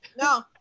No